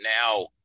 now